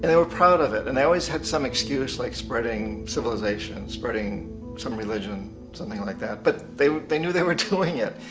and were proud of it. and they always had some excuse like spreading civilization, spreading some religion, something like that, but they they knew they were doing it.